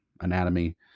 anatomy